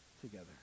together